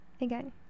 again